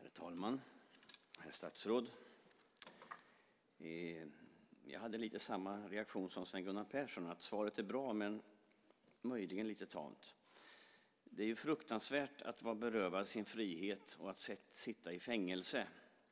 Herr talman! Herr statsråd! Jag hade ungefär samma reaktion som Sven Gunnar Persson, att svaret är bra men möjligen lite tamt. Det är fruktansvärt att vara berövad sin frihet och att sitta i fängelse.